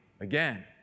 again